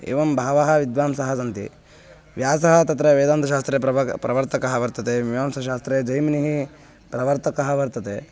एवं बहवः विद्वांसः सन्ति व्यासः तत्र वेदान्तशास्त्रे प्रवाक् प्रवर्तकः वर्तते मीमांसशास्त्रे जैमिनिः प्रवर्तकः वर्तते